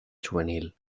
juvenil